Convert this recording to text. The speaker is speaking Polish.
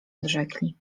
odrzekli